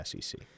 SEC